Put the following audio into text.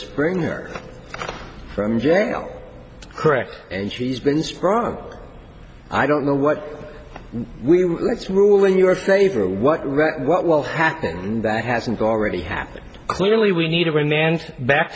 springer from jail correct and she's been strong i don't know what we will rule in your favor what will happen that hasn't already happened clearly we need a remand back